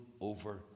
over